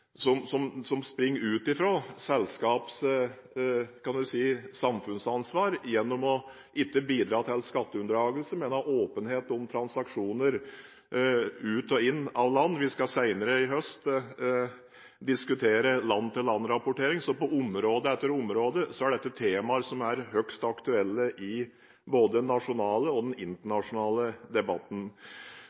som springer ut fra selskapers samfunnsansvar, gjennom ikke å bidra til skatteunndragelser, men ha åpenhet om transaksjoner ut og inn av land. Vi skal senere i høst diskutere land-til-land-rapportering, så på område etter område er dette temaer som er høyst aktuelle i både den nasjonale og den internasjonale debatten.